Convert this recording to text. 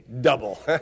double